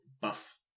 buff